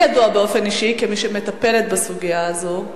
לי ידוע באופן אישי, כמי שמטפלת בסוגיה הזאת,